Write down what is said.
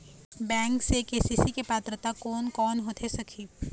Bank से KCC के पात्रता कोन कौन होथे सकही?